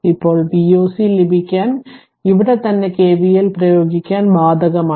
ഇപ്പോൾ Voc ലഭിക്കാൻ ഇവിടെ തന്നെ KVL പ്രയോഗിക്കാൻ ബാധകമാണ്